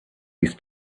his